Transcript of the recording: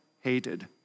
hated